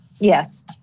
Yes